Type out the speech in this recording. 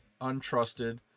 untrusted